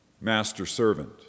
master-servant